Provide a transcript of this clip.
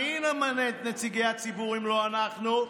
מי ימנה את נציגי הציבור אם לא אנחנו,